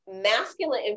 masculine